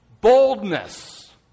boldness